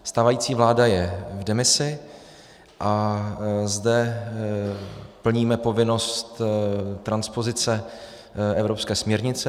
Stávající vláda je v demisi a zde plníme povinnost transpozice evropské směrnice.